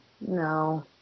No